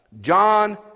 John